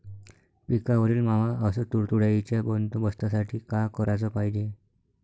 पिकावरील मावा अस तुडतुड्याइच्या बंदोबस्तासाठी का कराच पायजे?